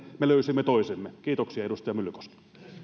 me löysimme toisemme kiitoksia edustaja myllykoski